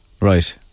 Right